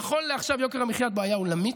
נכון לעכשיו יוקר המחיה הוא בעיה עולמית,